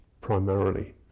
primarily